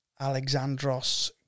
Alexandros